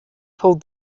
pulled